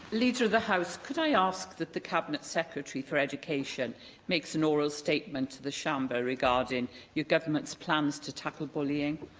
leader of the house, could i ask that the cabinet secretary for education makes an oral statement to the siambr regarding your government's plans to tackle bullying?